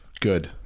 Good